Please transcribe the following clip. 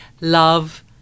love